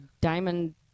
Diamond